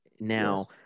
Now